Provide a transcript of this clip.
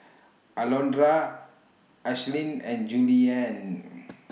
Alondra Ashlyn and Juliann